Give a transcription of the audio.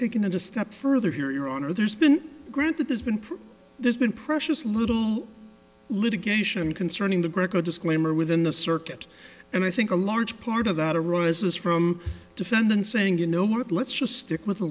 taken a step further here your honor there's been granted there's been there's been precious little litigation concerning the greco disclaimer within the circuit and i think a large part of that arises from defendants saying you know what let's just stick with the